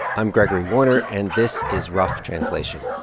i'm gregory warner, and this is rough translation.